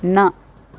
न